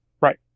Right